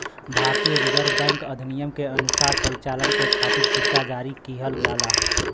भारतीय reserve bank अधिनियम के अनुसार परिचालन के खातिर सिक्का जारी किहल जाला